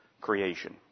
creation